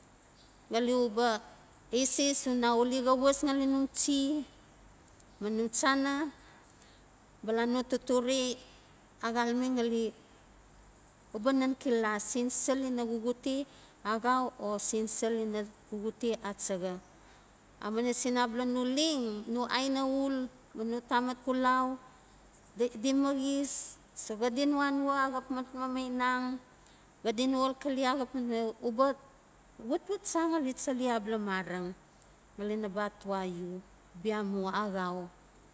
Ngali uba eses una uli xa was ngali mum chi ma num chana bala no totore a xalame ngali nan xilala sen sel ina xuxute axau o sen sel ina xuxute a chaxa. Amuina sin abala no leng no aina ul ma no tamat kulau di maxis so xadi no anua axap mat mamainang, xadi no xalxale uba watwat cha ngali chale abala mareng ngali naba atuai u. Bia mu axau